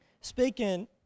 speaking